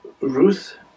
Ruth